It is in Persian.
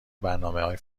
برنامههای